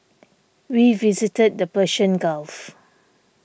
we visited the Persian Gulf